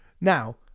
Now